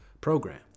program